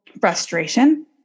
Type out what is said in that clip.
frustration